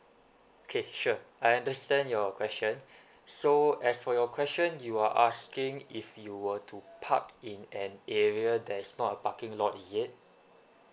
okay sure I understand your question so as for your question you are asking if you were to park in an area that's not a parking lot is it